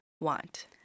Want